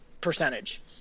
percentage